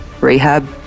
rehab